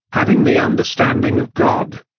having the understanding of god,